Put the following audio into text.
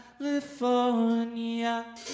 California